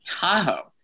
Tahoe